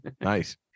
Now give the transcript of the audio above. Nice